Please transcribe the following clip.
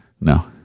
No